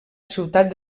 ciutat